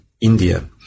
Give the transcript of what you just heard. India